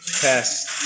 test